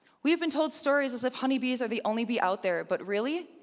we've been told stories as if honey bees are the only bee out there, but really,